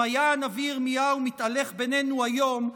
היה הנביא ירמיהו מתהלך בינינו היום,